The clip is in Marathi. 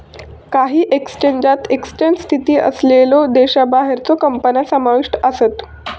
काही एक्सचेंजात एक्सचेंज स्थित असलेल्यो देशाबाहेरच्यो कंपन्या समाविष्ट आसत